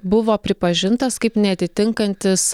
buvo pripažintas kaip neatitinkantis